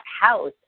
house